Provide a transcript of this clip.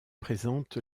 présente